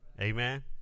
Amen